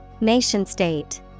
Nation-state